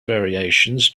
variations